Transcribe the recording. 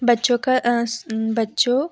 बच्चों का बच्चों